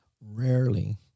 Rarely